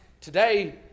Today